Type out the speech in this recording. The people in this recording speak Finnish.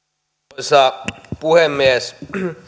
arvoisa puhemies